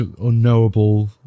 unknowable